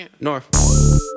North